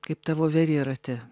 kaip ta voverė rate